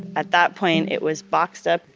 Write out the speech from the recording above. at that point, it was boxed up.